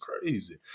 crazy